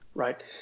Right